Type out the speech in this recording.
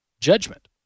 judgment